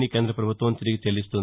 ని కేంద పభుత్వం తిరిగి చెల్లిస్తుంది